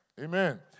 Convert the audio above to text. Amen